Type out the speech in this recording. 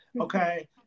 okay